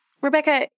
Rebecca